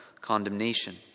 condemnation